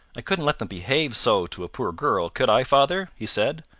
i couldn't let them behave so to a poor girl could i, father? he said.